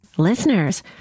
Listeners